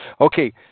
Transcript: Okay